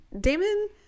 Damon